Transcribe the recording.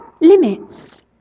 limits